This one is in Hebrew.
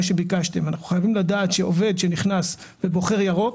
שביקשתם אנחנו חייבים לדעת שעובד שנכנס ובוחר ירוק,